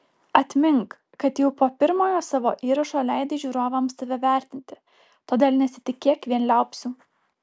atmink kad jau po pirmojo savo įrašo leidai žiūrovams tave vertinti todėl nesitikėk vien liaupsių